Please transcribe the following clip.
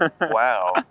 Wow